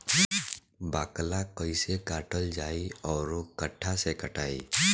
बाकला कईसे काटल जाई औरो कट्ठा से कटाई?